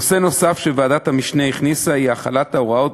נושא נוסף שוועדת המשנה הכניסה הוא החלת ההוראות